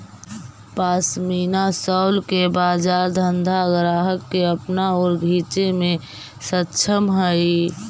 pashmina shawl के बाजार धनाढ्य ग्राहक के अपना ओर खींचे में सक्षम हई